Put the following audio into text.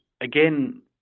again